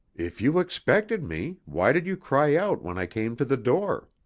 if you expected me, why did you cry out when i came to the door?